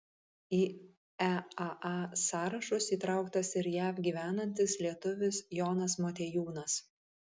į eaa sąrašus įtrauktas ir jav gyvenantis lietuvis jonas motiejūnas